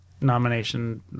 nomination